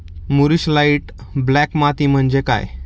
मूरिश light black माती म्हणजे काय?